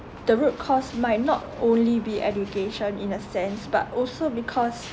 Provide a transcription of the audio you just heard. the root cause might not only be education in a sense but also because